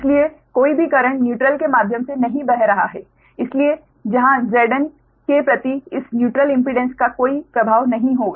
इसलिए कोई भी करेंट न्यूट्रल के माध्यम से नहीं बह रहा है इसलिए यहां Zn के प्रति इस न्यूट्रल इम्पीडेंस का कोई प्रभाव नहीं होगा